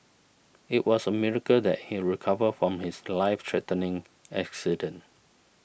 it was a miracle that he recovered from his life threatening accident